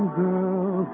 girl